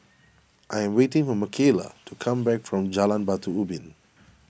I am waiting for Makayla to come back from Jalan Batu Ubin